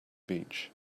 beach